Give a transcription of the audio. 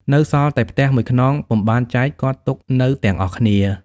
នៅសល់តែផ្ទះ ១ខ្នងពុំបានចែក គាត់ទុកនៅទាំងអស់គ្នា ។